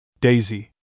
Daisy